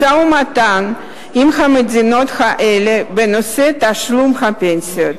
משא-ומתן עם המדינות האלה בנושא תשלום הפנסיה,